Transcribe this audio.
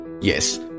Yes